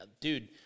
dude